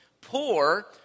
poor